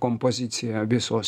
kompoziciją visos